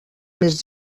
més